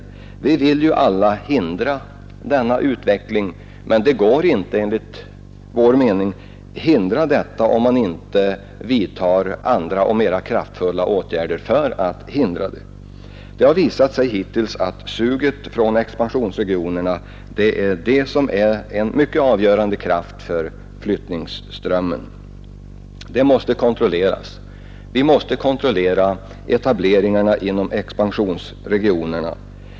Vårt parti vill hindra denna utveckling. Det går enligt vår mening inte om vi inte vidtar andra och mera kraftfulla åtgärder. Det har hittills visat sig att suget från expansionsregionerna är avgörande för flyttningsströmmen. Det måste kontrolleras — vi måste kontrollera etableringarna inom expansionsregionerna.